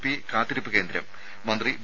P കാത്തിരിപ്പ് കേന്ദ്രം മന്ത്രി വി